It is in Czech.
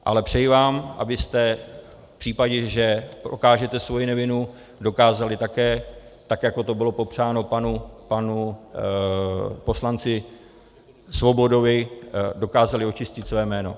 Ale přeji vám, abyste v případě, že prokážete svoji nevinu, dokázali také tak, jak to bylo dopřáno panu poslanci Svobodovi, očistit své jméno.